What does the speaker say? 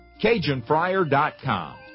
CajunFryer.com